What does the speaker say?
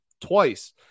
twice